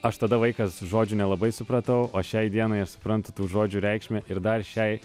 aš tada vaikas žodžių nelabai supratau o šiai dienai aš suprantu tų žodžių reikšmę ir dar šiai